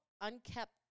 unkept